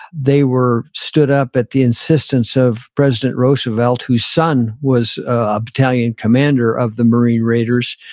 they were stood up at the insistence of president roosevelt, whose son was a battalion commander of the marine raiders.